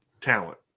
talent